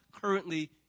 currently